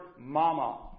mama